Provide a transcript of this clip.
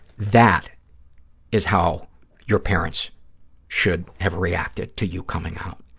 that is how your parents should have reacted to you coming out,